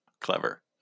clever